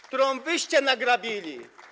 którą wyście nagrabili.